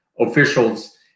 officials